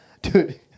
Dude